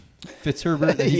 Fitzherbert